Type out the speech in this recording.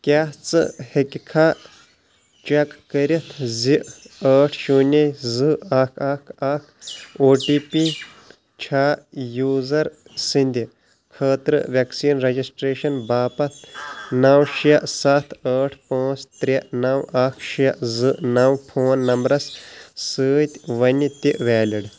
کیٛاہ ژٕ ہیٚکِکھا چیک کٔرِتھ زِ ٲٹھ شونے زٕ اکھ اکھ اکھ او ٹی پی چھا یوزر سٕنٛدِ خٲطرٕ ویکسیٖن رجسٹریشن باپتھ نو شیٚے ستھ ٲٹھ پانٛژھ ترٛےٚ نو اکھ شیٚے زٕ نو فون نمبرَس سۭتۍ ونہِ تہِ ویلِڈ ؟